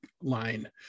line